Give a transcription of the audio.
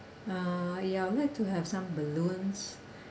uh ya I would like to have some balloons